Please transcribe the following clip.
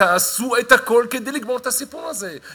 תעשו את הכול כדי לגמור את הסיפור הזה,